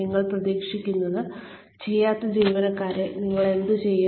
നിങ്ങൾ പ്രതീക്ഷിക്കുന്നത് ചെയ്യാത്ത ജീവനക്കാരെ നിങ്ങൾ എന്തുചെയ്യും